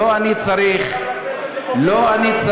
בשביל זה הוא הלך לכנסת, הוא הלך לכנסת לחוקק.